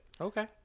okay